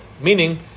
Meaning